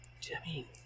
Jimmy